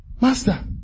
Master